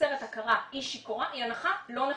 מחוסרת הכרה היא שיכורה, היא הנחה לא נכונה.